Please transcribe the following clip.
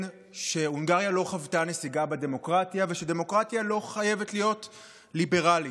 שהונגריה לא חוותה נסיגה בדמוקרטיה ושדמוקרטיה לא חייבת להיות ליברלית.